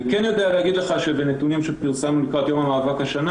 אני יודע להגיד לך שבנתונים שפרסמנו לקראת יום המאבק השנה